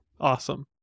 awesome